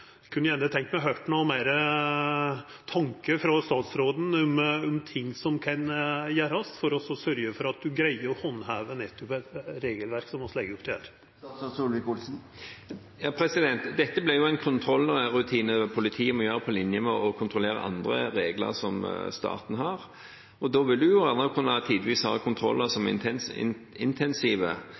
kunne gjerne tenkt meg å høyra meir om kva tankar statsråden har om kva som kan gjerast for å sørgja for at dei greier å handheva det regelverket vi legg opp til her. Dette blir jo en kontrollrutine politiet har, på linje med å kontrollere andre regler som staten har. Da vil en tidvis ha intensive kontroller der en sjekker om biler som